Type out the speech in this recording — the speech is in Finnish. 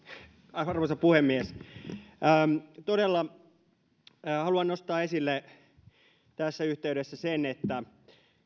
arvoisa puhemies todella haluan nostaa esille tässä yhteydessä että